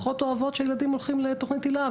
פחות אוהבות שילדים הולכים לתוכנית היל"ה.